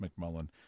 McMullen